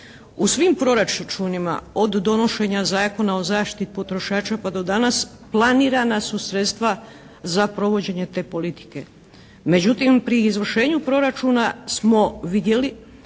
U svim proračunima od donošenja Zakona o zaštiti potrošača pa do danas planirana su sredstva za provođenje te politike. Međutim pri izvršenju proračuna smo vidjeli